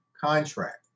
contract